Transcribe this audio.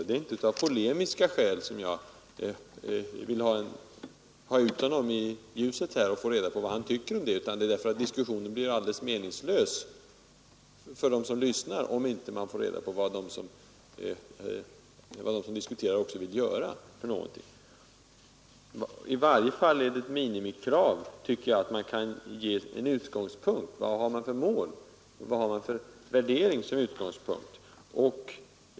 Det är inte av polemiska skäl som jag vill ha ut honom i ljuset för att få veta vad han tycker, utan därför att diskussionen blir rätt meningslös för dem som lyssnar, om de inte får reda på vad de som diskuterar också vill göra. I varje fall tycker jag det är ett minimikrav att tala om vilket mål man har. Vad har man för värdering som utgångspunkt?